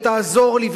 ו"תעזור לי",